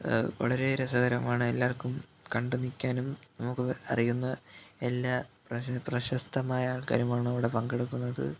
വളരെ രസകരമാണ് എല്ലാവർക്കും കണ്ടു നിൽക്കാനും നമുക്ക് അറിയുന്ന എല്ലാ പ്രശ പ്രശസ്തമായ ആൾക്കാരുമാണവിടെ പങ്കെടുക്കുന്നത്